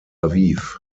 aviv